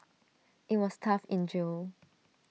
IT was tough in jail